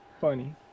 funny